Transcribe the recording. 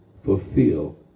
fulfill